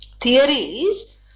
theories